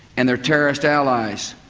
and their terrorist allies,